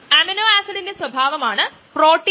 അതിനാൽ ഇത് ഒരു വ്യാവസായിക പ്രക്രിയയാണ്